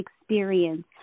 experience